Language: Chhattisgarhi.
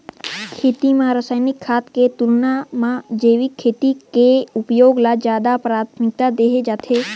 खेती म रसायनिक खाद के तुलना म जैविक खेती के उपयोग ल ज्यादा प्राथमिकता देहे जाथे